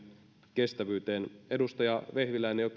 kestävyyteen edustaja vehviläinen jo